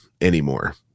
anymore